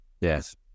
Yes